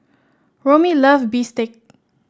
Romie loves bistake